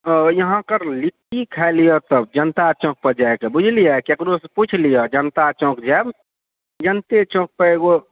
ओऽ यहाॅंके लिट्टी खाइ लिय तब जनता चौक पर जायके बुझलिये ककरो सऽ पूछि लियो जनता चौक जाइब जनते चौक पर एकगो